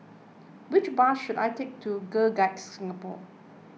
which bus should I take to Girl Guides Singapore